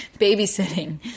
babysitting